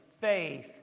faith